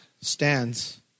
stands